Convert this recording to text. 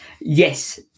Yes